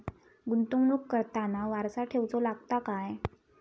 गुंतवणूक करताना वारसा ठेवचो लागता काय?